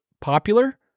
popular